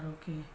okay